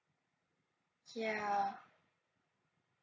ya